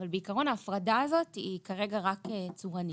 בעיקרון, ההפרדה הזו היא רק צורנית, כרגע.